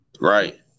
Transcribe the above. Right